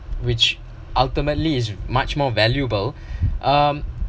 which ultimately is much more valuable um